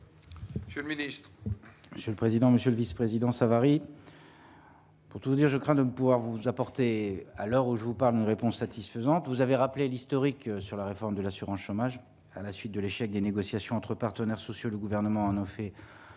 calendrier. Je ministre. Monsieur le président, monsieur le vice-président Savary. Pour tout vous dire, je crains de ne pouvoir vous apporter à l'heure où je vous parle d'une réponse satisfaisante, vous avez rappelé l'historique, sur la réforme de l'assurance chômage, à la suite de l'échec des négociations entre partenaires sociaux et le gouvernement en fait